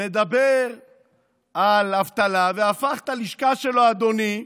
מדבר על אבטלה והפך את הלשכה שלו, אדוני,